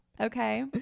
Okay